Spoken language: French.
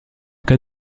cas